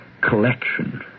collection